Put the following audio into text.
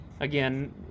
Again